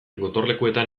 gotorlekuetan